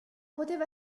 poteva